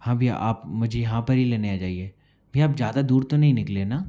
हाँ भैया आप मुझे यहाँ पर ही लेने आ जाइए भैया आप ज़्यादा दूर तो नहीं निकले न